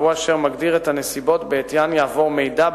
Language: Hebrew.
תשובת שר הרווחה והשירותים החברתיים יצחק הרצוג: (לא נקראה,